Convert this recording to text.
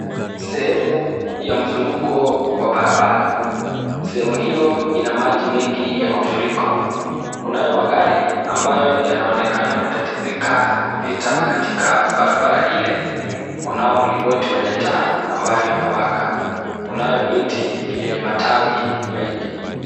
Sehemu ya mzunguko wa barabara. Sehemu hiyo ina maji mengi ya mafuriko. Kunayo magari ambayo yanaonekana kutatizika kupita katika barabara ile. Kunao mlingoti wenye taa ambayo inawaka. Kunayo miti yenye matawi mengi.